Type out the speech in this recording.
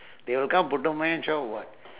they will come putu mayam shop [what]